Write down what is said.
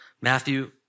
Matthew